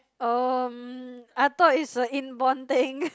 um I thought it's a inborn thing